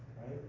right